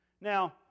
Now